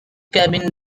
cabin